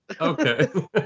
Okay